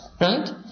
Right